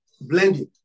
blending